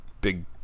big